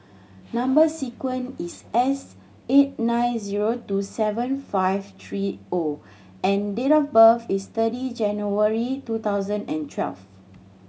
number sequence is S eight nine zero two seven five three O and date of birth is thirty January two thousand and twelve